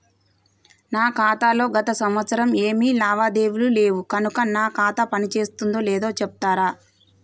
నా ఖాతా లో గత సంవత్సరం ఏమి లావాదేవీలు లేవు కనుక నా ఖాతా పని చేస్తుందో లేదో చెప్తరా?